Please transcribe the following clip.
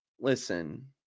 listen